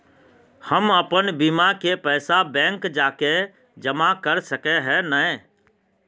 हम अपन बीमा के पैसा बैंक जाके जमा कर सके है नय?